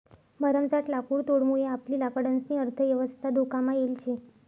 भरमसाठ लाकुडतोडमुये आपली लाकडंसनी अर्थयवस्था धोकामा येल शे